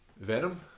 Venom